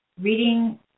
reading